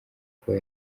kuba